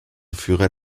führer